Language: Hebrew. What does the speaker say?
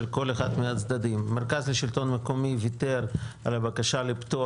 כל אחד מהצדדים המרכז לשלטון מקומי ויתר על הבקשה לפטור